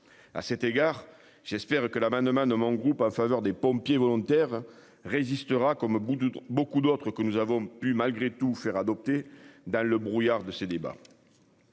À cet égard, j'espère que la main demain ne en groupe en faveur des pompiers volontaires résistera comme bout de beaucoup d'autres et que nous avons pu malgré tout faire adopter dans le brouillard de ces débats.